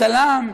הצלם,